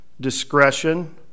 discretion